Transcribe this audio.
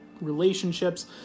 relationships